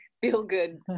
feel-good